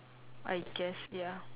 I guess ya